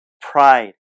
pride